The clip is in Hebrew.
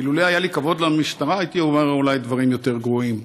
ואילולא היה לי כבוד למשטרה הייתי אומר אולי דברים יותר גרועים.